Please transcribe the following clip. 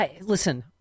Listen